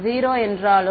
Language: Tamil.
மாணவர் 0 என்றாலும்